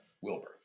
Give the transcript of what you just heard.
Wilbur